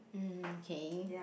um okay